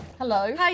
Hello